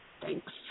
Thanks